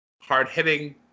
Hard-hitting